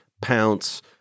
pounce